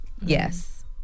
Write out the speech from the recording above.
Yes